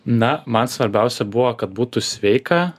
na man svarbiausia buvo kad būtų sveika